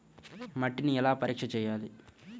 మట్టిని ఎలా పరీక్ష చేయాలి?